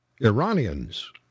Iranians